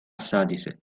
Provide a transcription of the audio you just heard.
السادسة